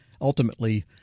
ultimately